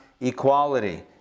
equality